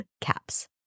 caps